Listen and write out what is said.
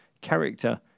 character